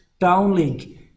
downlink